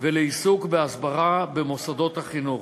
ולעיסוק בהסברה במוסדות החינוך.